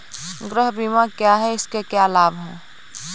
गृह बीमा क्या है इसके क्या लाभ हैं?